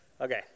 Okay